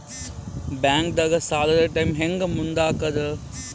ಬ್ಯಾಂಕ್ದಾಗ ಸಾಲದ ಟೈಮ್ ಹೆಂಗ್ ಮುಂದಾಕದ್?